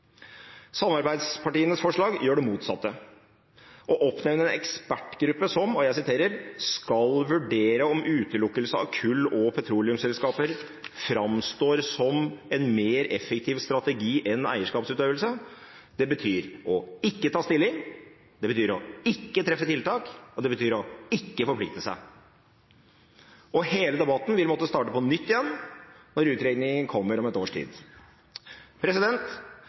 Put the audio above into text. Samarbeidspartienes forslag til vedtak gjør det motsatte. Å oppnevne en ekspertgruppe som «skal vurdere om utelukkelse av kull- og petroleumsselskaper framstår som en mer effektiv strategi enn eierskapsutøvelse». Det betyr å ikke ta stilling, det betyr å ikke treffe tiltak, det betyr å ikke forplikte seg. Hele debatten vil måtte starte på nytt igjen når utredningen kommer om et års tid.